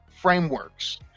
frameworks